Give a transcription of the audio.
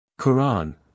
Quran